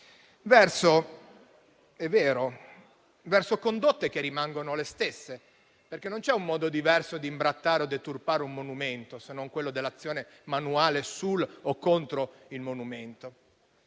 verso condotte che, è vero, rimangono le stesse, perché non c'è un modo diverso di imbrattare o deturpare un monumento, se non quello dell'azione manuale sul o contro il monumento.